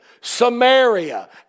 Samaria